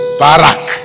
barak